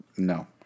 No